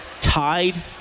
tied